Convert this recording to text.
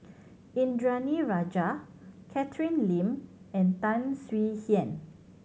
Indranee Rajah Catherine Lim and Tan Swie Hian